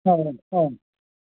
औ औ